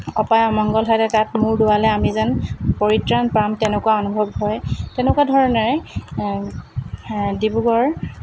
অপায় অমংগল হ'লে তাত মূৰ দোৱালে আমি যেন পৰিত্ৰাণ পাম তেনেকুৱা অনুভৱ হয় তেনেকুৱা ধৰণেৰে ডিব্ৰুগড়